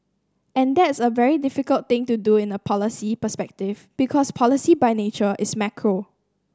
and that's a very difficult thing to do in a policy perspective because policy by nature is macro